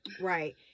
Right